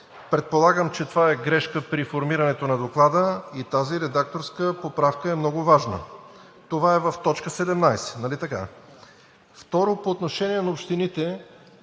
Предполагам, че това е грешка при формирането на доклада и тази редакторска поправка е много важна. Това е в т. 17,